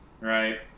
Right